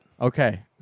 Okay